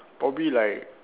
probably like